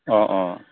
অঁ অঁ